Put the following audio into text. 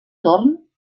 torn